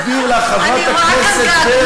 זה מה שאני מסביר לך, חברת הכנסת ברקו.